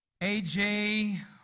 AJ